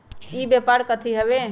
ई व्यापार कथी हव?